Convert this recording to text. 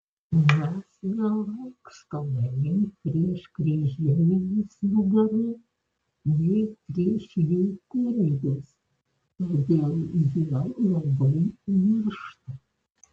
mes nelankstome nei prieš kryžeivius nugarų nei prieš jų kunigus todėl jie labai niršta